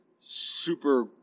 super